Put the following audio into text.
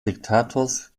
diktators